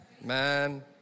Man